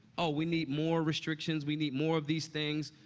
oh, we need more restrictions. we need more of these things.